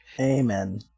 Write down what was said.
Amen